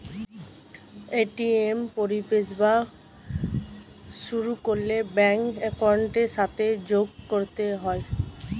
ATM পরিষেবা শুরু করলে ব্যাঙ্ক অ্যাকাউন্টের সাথে যোগ করতে হয়